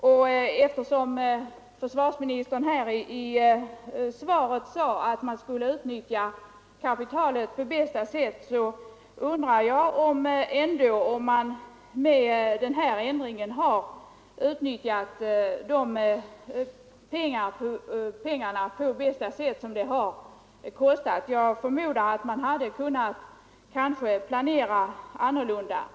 Och eftersom försvarsministern i svaret sade att man skall utnyttja kapitalet på bästa sätt, undrar jag ändå, om man med denna ändring på bästa sätt utnyttjar de pengar som utökningen av övningsfältet kostat. Jag förmodar att man hade kunnat planera på ett annat sätt.